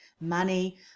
money